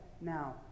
now